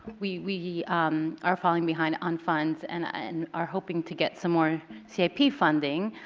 we we um are falling behind on funds and and are hoping to get some more c i p. funding.